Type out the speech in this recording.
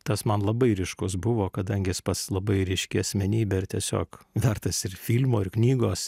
tas man labai ryškus buvo kadangi jis pats labai ryški asmenybė ir tiesiog vertas ir filmo ir knygos